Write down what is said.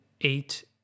eight